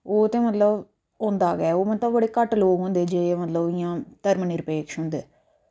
एह् ते मतलब होंदा गै एह् ते मतलब बड़े घट्ट लोग होंदे जेह्ड़े की मतलब धर्म निरपेक्ष होंदे